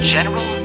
General